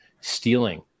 stealing